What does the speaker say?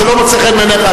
זה לא מוצא חן בעיניך,